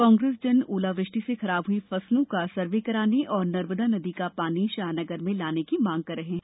कांग्रेस जन ओलावृष्टि से खराब हुई फसलों का सर्वे कराने और नर्मदा नदी का पानी शाहनगर में लाने की मांग कर रहे थे